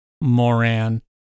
Moran